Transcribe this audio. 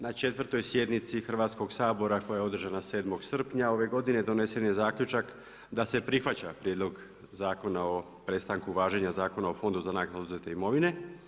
Na 4. sjednici Hrvatskoga sabora koja je održana 7. srpnja ove godine donesen je zaključak da se prihvaća prijedlog Zakona o prestanku važenja Zakona o fondu za naknadu oduzete imovine.